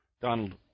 Donald